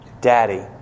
Daddy